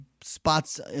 spots